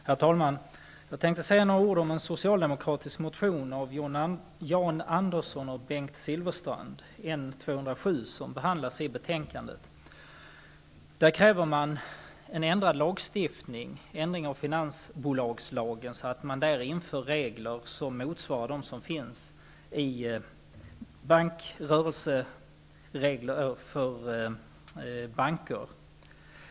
Herr talman! Jag tänkte säga några ord om en socialdemokratisk motion av Jan Andersson och Bengt Silfverstrand, N207, som behandlas i betänkandet. Motionärerna begär en sådan ändring av finansbolagslagen att man där inför regler motsvarande dem som gäller för banker.